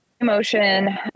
motion